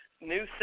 new